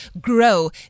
grow